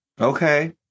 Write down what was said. Okay